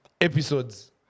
episodes